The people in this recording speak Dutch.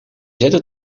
zette